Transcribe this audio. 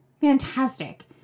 fantastic